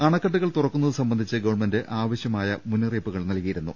അണക്കെട്ടുകൾ തുറക്കുന്നത് സംബന്ധിച്ച് ഗവൺമെന്റ് ആവശ്യമായ മുന്നറിയിപ്പുകൾ നൽകിയിരുന്നു